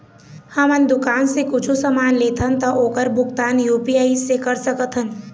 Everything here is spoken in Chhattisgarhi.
हमन दुकान से कुछू समान लेथन ता ओकर भुगतान यू.पी.आई से कर सकथन?